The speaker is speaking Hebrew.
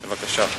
בבקשה.